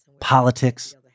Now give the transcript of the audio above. politics